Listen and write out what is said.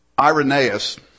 Irenaeus